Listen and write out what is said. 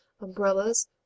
umbrellas